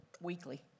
weekly